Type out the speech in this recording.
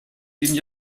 ihnen